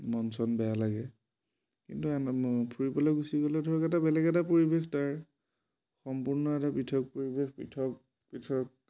মন চন বেয়া লাগে কিন্তু ফুৰিবলৈ গুচি গ'লে ধৰক এটা বেলেগ এটা পৰিৱেশ তাৰ সম্পূৰ্ণ এটা পৃথক পৰিৱেশ পৃথক পৃথক